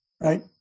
right